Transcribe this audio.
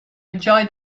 enjoy